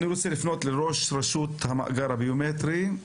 אני רוצה לפנות לראש רשות המאגר הביומטרי,